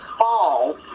fall